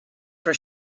for